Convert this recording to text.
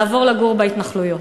לעבור לגור בהתנחלויות?